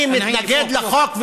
אני מתנגד לחוק,